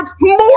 more